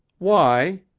why?